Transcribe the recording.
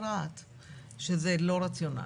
שזה לא רציונאלי.